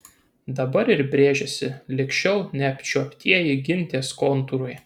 dabar ir brėžiasi lig šiol neapčiuoptieji gintės kontūrai